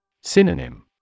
Synonym